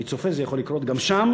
אני צופה, זה יכול לקרות גם שם,